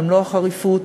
במלוא החריפות.